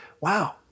wow